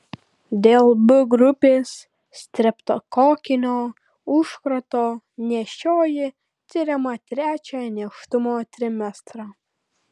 dėl b grupės streptokokinio užkrato nėščioji tiriama trečią nėštumo trimestrą